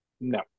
No